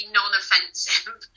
non-offensive